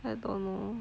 I don't know